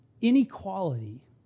inequality